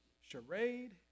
charade